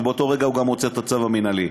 ובאותו רגע הוא גם מוצא את הצו המינהלי.